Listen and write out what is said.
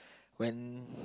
when